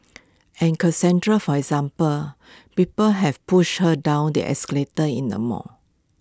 and Cassandra for example people have pushed her down the escalator in the mall